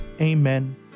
Amen